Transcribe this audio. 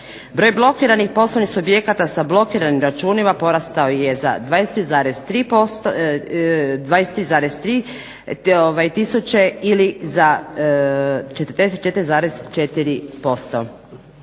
Broj blokiranih poslovnih subjekata sa blokiranim računima porastao je za 23,3 tisuće ili za 44,4%.